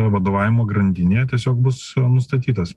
vadovavimo grandinėje tiesiog bus nustatytas